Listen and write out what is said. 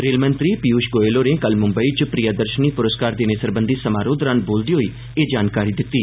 rail मंत्री पीयूश गोयल होरें कल मुंबई च प्रियादर्षेनी पुरस्कार देने सरबंधी समारोह दौरान बोलदे होई एह जानकारी दित्ती